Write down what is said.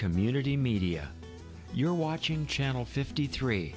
community media you're watching channel fifty three